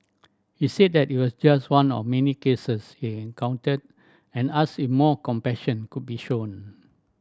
he said that it was just one of many cases he encountered and asked if more compassion could be shown